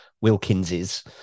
wilkinses